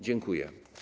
Dziękuję.